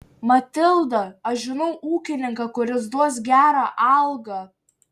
matilda aš žinau ūkininką kuris duos gerą algą